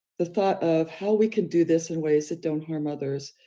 the thought of how we could do this in ways that don't harm others,